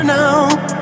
now